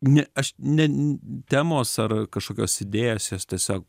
ne aš ne temos ar kažkokios idėjos jos tiesiog